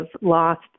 lost